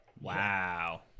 Wow